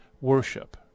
worship